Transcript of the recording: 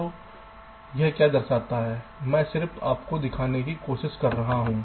तो यह क्या दर्शाता है मैं सिर्फ आपको दिखाने की कोशिश कर रहा हूं